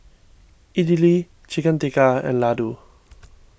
Idili Chicken Tikka and Ladoo